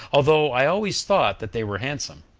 although i always thought that they were handsome.